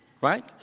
Right